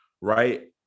right